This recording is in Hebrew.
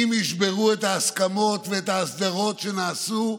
אם ישברו את ההסכמות ואת ההסדרות שנעשו,